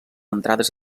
entrades